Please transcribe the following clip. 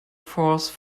force